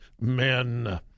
men